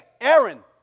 Aaron